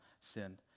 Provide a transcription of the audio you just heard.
sinned